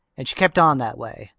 and she kept on that way.